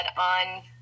on